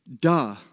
Duh